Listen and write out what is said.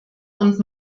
und